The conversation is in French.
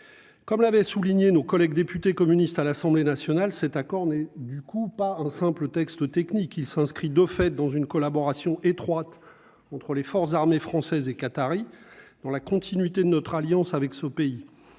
comme l'avait souligné nos collègues députés communistes à l'Assemblée nationale, cet accord n'est du coup pas un simple texte technique, il s'inscrit de fait dans une collaboration étroite entre les forces armées françaises et qatari dans la continuité de notre alliance avec ce pays